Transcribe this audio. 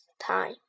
time